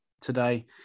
today